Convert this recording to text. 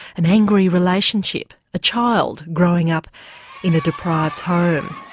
an angry relationship, a child growing up in a deprived home.